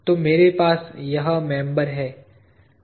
तो मेरे पास यह मेंबर है